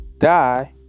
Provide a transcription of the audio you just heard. die